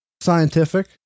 scientific